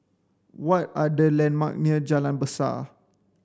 what are the landmark near Jalan Besar